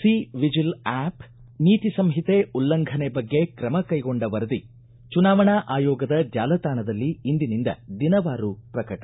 C vigil ಆ್ಕಷ್ ನೀತಿ ಸಂಹಿತೆ ಉಲ್ಲಂಘನೆ ಬಗ್ಗೆ ಕ್ರಮ ಕೈಗೊಂಡ ವರದಿ ಚುನಾವಣಾ ಆಯೋಗದ ಜಾಲತಾಣದಲ್ಲಿ ಇಂದಿನಿಂದ ದಿನವಾರು ಪ್ರಕಟ